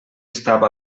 estava